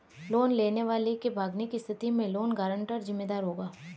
loan लेने वाले के भागने की स्थिति में लोन गारंटर जिम्मेदार होगा